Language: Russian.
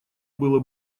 было